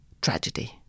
tragedy